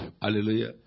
hallelujah